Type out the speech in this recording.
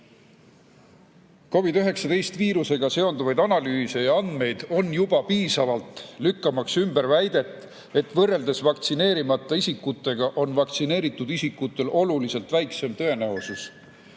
COVID‑19 haigusega seonduvaid analüüse ja andmeid on juba piisavalt, lükkamaks ümber väidet, et võrreldes vaktsineerimata isikutega on vaktsineeritud isikutel oluliselt väiksem tõenäosus